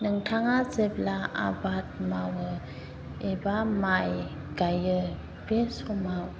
नोंथाङा जेब्ला आबाद मावो एबा माइ गायो बे समाव